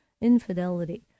infidelity